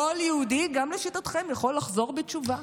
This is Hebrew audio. כל יהודי, גם לשיטתכם, יכול לחזור בתשובה.